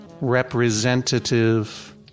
Representative